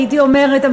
הייתי אומרת,